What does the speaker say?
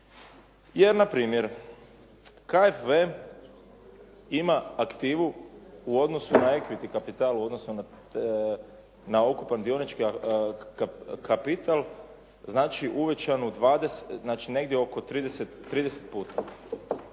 Jer npr. KFV ima aktivu u odnosu na … u odnosu na ukupan dionički kapital, znači uvećanu negdje oko 30 puta.